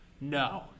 no